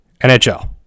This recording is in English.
NHL